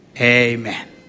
Amen